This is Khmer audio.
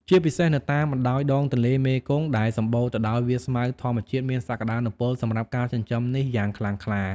ជាពិសេសនៅតាមបណ្ដោយដងទន្លេមេគង្គដែលសំបូរទៅដោយវាលស្មៅធម្មជាតិមានសក្តានុពលសម្រាប់ការចិញ្ចឹមនេះយ៉ាងខ្លាំងក្លា។